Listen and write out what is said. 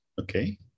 Okay